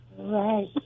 Right